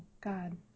God